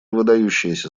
выдающееся